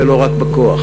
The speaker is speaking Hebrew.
ולא רק בכוח.